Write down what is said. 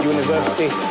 University